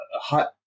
hot